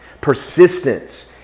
persistence